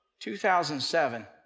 2007